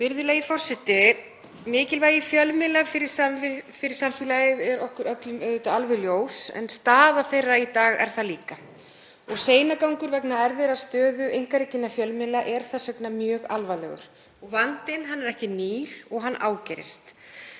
Virðulegi forseti. Mikilvægi fjölmiðla fyrir samfélagið er okkur öllum alveg ljóst en staða þeirra í dag er það líka. Seinagangur vegna erfiðrar stöðu einkarekinna fjölmiðla er þess vegna mjög alvarlegur. Vandinn er ekki nýr og hann ágerist.